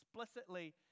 explicitly